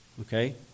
Okay